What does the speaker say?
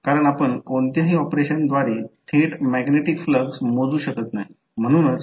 याचा अर्थ सिरीजमध्ये जोडलेल्या 2 म्युचूअली कपलड कॉइलचे समतुल्य इंडक्टन्स ते L1 L2 2 M असेल